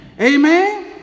amen